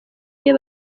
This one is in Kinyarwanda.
iyo